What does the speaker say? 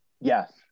Yes